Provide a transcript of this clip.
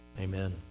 Amen